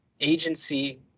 agency